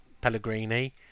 Pellegrini